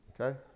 okay